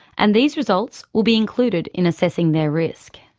and these results will be included in assessing their risk.